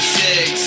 six